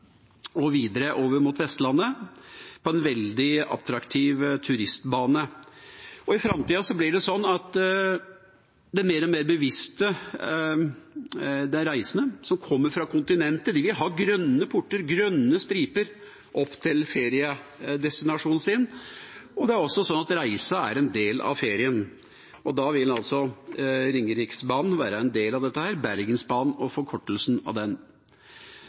og videre over mot Vestlandet, på en veldig attraktiv turistbane. I framtida blir det sånn at det er mer og mer bevisste reisende som kommer fra kontinentet. De vil ha grønne porter, grønne striper opp til feriedestinasjonen sin, og det er også sånn at reisen er en del av ferien. Da vil Ringeriksbanen være en del av dette – Bergensbanen og forkortelsen av den.